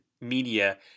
media